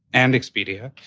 and expedia.